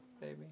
baby